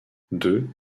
deux